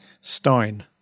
Stein